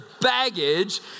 baggage